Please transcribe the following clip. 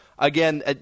Again